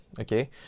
Okay